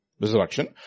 resurrection